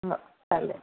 हो चालेल